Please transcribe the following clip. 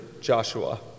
Joshua